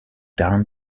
down